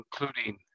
including